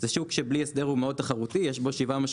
זה שוק שבלי הסדר הוא מאוד תחרותי,